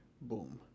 Boom